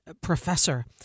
professor